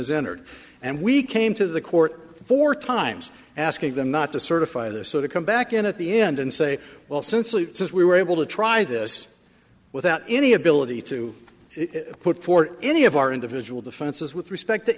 is entered and we came to the court four times asking them not to certify this so to come back in at the end and say well since it says we were able to try this without any ability to put for any of our individual defenses with respect to